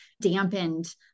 dampened